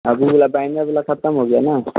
अभी अब वाला खत्म हो गया ना